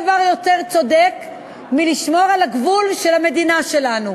ואין דבר יותר צודק מלשמור על הגבול של המדינה שלנו,